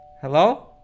Hello